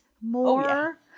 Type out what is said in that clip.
more